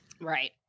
Right